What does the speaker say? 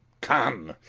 come,